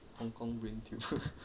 hong kong brain tumor